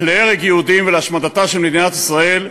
להרג יהודים ולהשמדתה של מדינת ישראל,